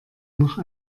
noch